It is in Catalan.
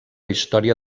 història